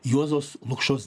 juozas lukšos